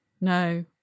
no